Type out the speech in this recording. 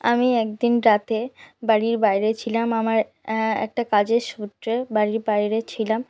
আমি একদিন রাতে বাড়ির বাইরে ছিলাম আমার একটা কাজের সূত্রে বাড়ির বাইরে ছিলাম